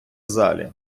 залі